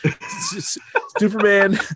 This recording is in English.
Superman